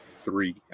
three